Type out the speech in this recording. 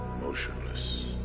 motionless